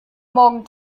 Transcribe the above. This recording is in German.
morgen